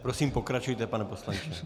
Prosím, pokračujte, pane poslanče.